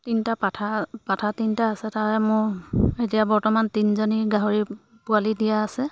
তিনিটা পাঠা পাঠা তিনিটা আছে তাৰে মোৰ এতিয়া বৰ্তমান তিনিজনী গাহৰি পোৱালি দিয়া আছে